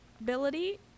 ability